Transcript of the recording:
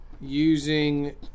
using